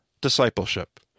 discipleship